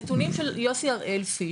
נתונים של יוסי הראל פיש,